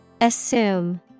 Assume